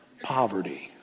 poverty